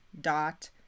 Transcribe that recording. dot